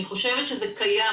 אני חושבת שזה קיים,